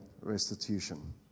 Restitution